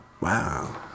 Wow